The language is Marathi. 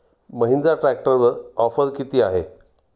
महिंद्रा ट्रॅक्टरवर ऑफर किती आहे?